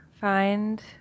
Find